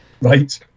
Right